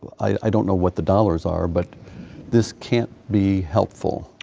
i don't know what the dollars are, but this can't be helpful.